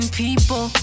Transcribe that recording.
people